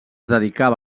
dedicava